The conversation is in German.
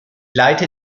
leite